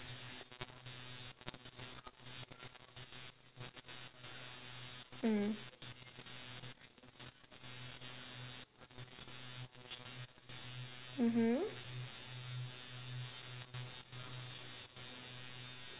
mm mmhmm